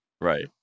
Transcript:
Right